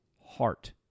heart